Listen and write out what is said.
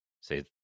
say